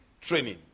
training